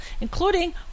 including